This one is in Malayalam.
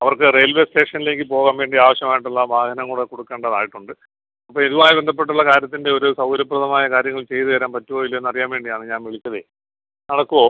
അവർക്ക് റെയിൽവേ സ്റ്റേഷൻലേക്ക് പോവാൻ വേണ്ടി ആവശ്യമായിട്ടുള്ള വാഹനം കൂടെ കൊടുക്കണ്ടതായിട്ടുണ്ട് അപ്പോൾ ഇതുവായി ബന്ധപ്പെട്ടുള്ള കാര്യത്തിൻ്റെ ഒര് സൗകര്യ പ്രദമായ കാര്യങ്ങൾ ചെയ്ത് തരാൻ പറ്റുവോ ഇല്ലയോന്നറിയാൻ വേണ്ടിയാണ് ഞാൻ വിളിച്ചതെ നടക്കുവൊ